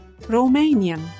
Romanian